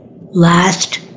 last